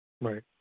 Right